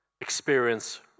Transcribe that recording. experience